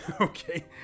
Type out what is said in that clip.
Okay